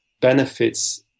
benefits